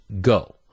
go